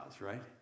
right